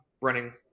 running